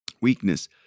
Weakness